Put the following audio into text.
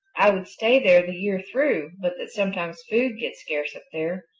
i would stay there the year through but that sometimes food gets scarce up there.